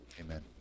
Amen